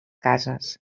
cases